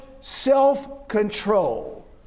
self-control